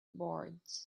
boards